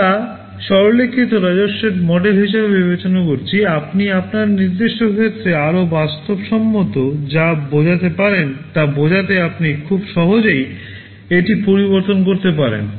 আমরা সরলীকৃত রাজস্বের মডেল হিসাবে বিবেচনা করেছি আপনি আপনার নির্দিষ্ট ক্ষেত্রে আরও বাস্তবসম্মত যা বোঝাতে পারেন তা বোঝাতে আপনি খুব সহজেই এটি পরিবর্তন করতে পারেন